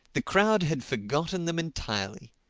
the crowd had forgotten them entirely.